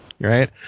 right